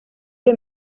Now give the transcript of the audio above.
era